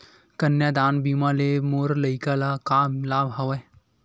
कन्यादान बीमा ले मोर लइका ल का लाभ हवय?